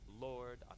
Lord